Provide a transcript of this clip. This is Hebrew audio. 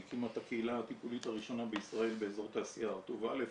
היא הקימה את הקהילה הטיפולית הראשונה בישראל באזור תעשייה הרטוב א',